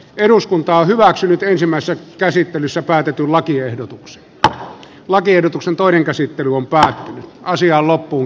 eduskunta on hyväksynyt yleisimmässä käsittelyssä päätetyn lakiehdotuksen lakiehdotuksen toinen käsittely on paha asia loppuun